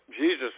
Jesus